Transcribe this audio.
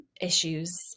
issues